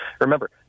remember